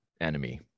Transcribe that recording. enemy